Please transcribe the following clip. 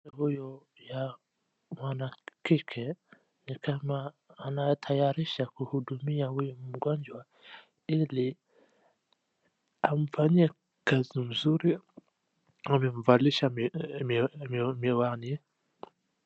Huyu ni wa mwanakike, ni kama anatayarisha kuhudumia huyu mgonjwa ili amfanyie kazi nzuri, amemvalisha miwani.